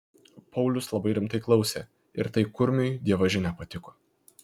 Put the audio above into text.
paulius labai rimtai klausė ir tai kurmiui dievaži nepatiko